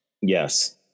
Yes